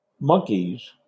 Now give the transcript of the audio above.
monkeys